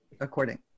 according